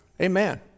Amen